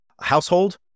household